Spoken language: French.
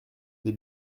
des